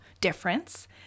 difference